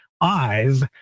eyes